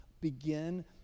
Begin